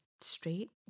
straight